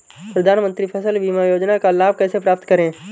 प्रधानमंत्री फसल बीमा योजना का लाभ कैसे प्राप्त करें?